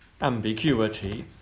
ambiguity